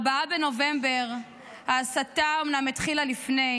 4 בנובמבר, ההסתה אומנם התחילה לפני